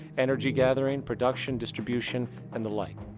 energy gathering, production, distribution and the like.